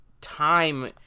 time